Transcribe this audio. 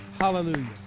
Hallelujah